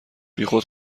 بیخود